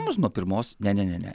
mus nuo pirmos ne ne ne ne